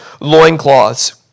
loincloths